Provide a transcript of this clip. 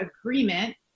agreement